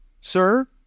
sir